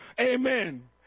Amen